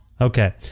Okay